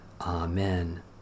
Amen